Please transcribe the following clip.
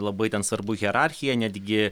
labai ten svarbu hierarchija netgi